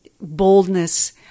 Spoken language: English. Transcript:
boldness